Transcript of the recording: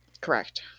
correct